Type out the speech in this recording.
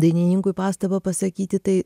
dainininkui pastabą pasakyti tai